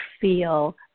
feel